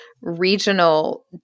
regional